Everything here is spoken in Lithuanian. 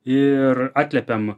ir atliepiam